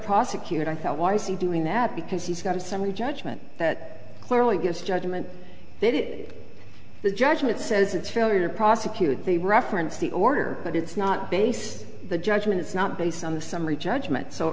prosecutor i thought why is he doing that because he's got a summary judgment that clearly gives judgment did it the judgment says it's failure to prosecute the reference the order but it's not based the judgment it's not based on the summary judgment so